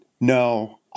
no